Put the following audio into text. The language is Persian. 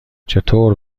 چطور